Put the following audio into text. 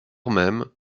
même